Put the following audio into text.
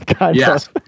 Yes